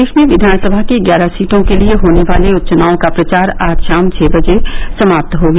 प्रदेश में विधानसभा की ग्यारह सीटों के लिये होने वाले उपचुनाव का प्रचार आज शाम छ बजे समाप्त हो गया